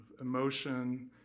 emotion